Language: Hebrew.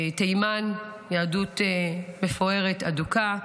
תימן, יהדות מפוארת, אדוקה,